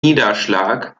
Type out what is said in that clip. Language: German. niederschlag